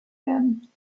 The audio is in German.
werden